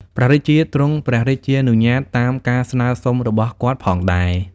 ព្រះរាជា ទ្រង់ព្រះរាជានុញ្ញាតតាមការស្នើសុំរបស់គាត់ផងដែរ។